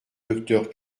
docteur